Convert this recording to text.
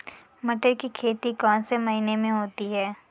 मटर की खेती कौन से महीने में होती है?